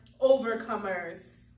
overcomers